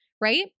right